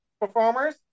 performers